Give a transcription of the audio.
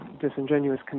disingenuous